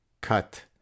cut